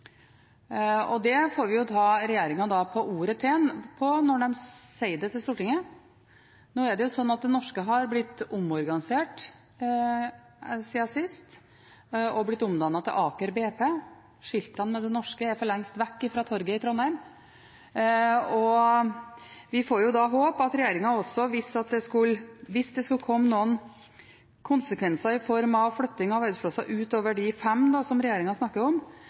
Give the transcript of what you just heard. Da får vi ta regjeringen på ordet når de sier det til Stortinget. Nå er det slik at Det norske har blitt omorganisert siden sist og blitt omdannet til Aker BP. Skiltene med Det norske er for lengst vekk fra torget i Trondheim, og da får vi håpe at regjeringen – hvis det skulle komme noen konsekvenser i form av flytting av arbeidsplasser utover de fem som regjeringen snakker om